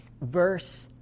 Verse